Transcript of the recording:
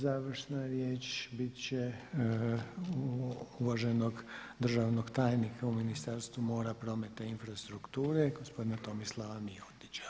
Završna riječ biti će uvaženog državnog tajnika u Ministarstvu mora, prometa i infrastrukture gospodina Tomislava Mihotića.